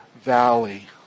valley